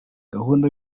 gahunda